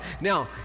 Now